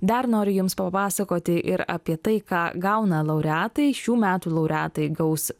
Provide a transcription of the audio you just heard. dar noriu jums papasakoti ir apie tai ką gauna laureatai šių metų laureatai gaus